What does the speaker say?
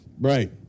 Right